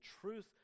truth